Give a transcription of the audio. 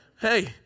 Hey